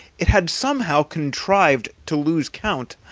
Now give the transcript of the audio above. it had somehow contrived to lose count,